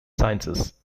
sciences